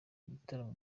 ibitaramo